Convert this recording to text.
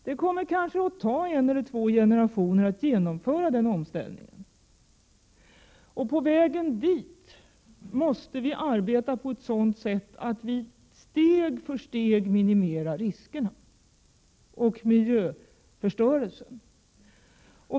Det kommer kanske att ta en eller två generationer att genomföra den omställningen, och på vägen dit måste vi arbeta på ett sådant sätt att vi steg för steg minimerar riskerna och miljöförstörelsen.